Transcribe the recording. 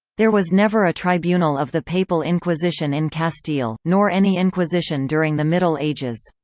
there was never a tribunal of the papal inquisition in castile, nor any inquisition during the middle ages.